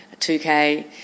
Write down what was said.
2K